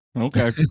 Okay